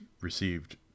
received